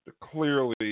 Clearly